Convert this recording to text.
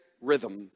rhythm